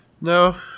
No